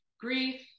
grief